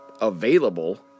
available